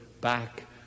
back